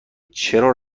چرا